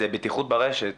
זו הבטיחות ברשת.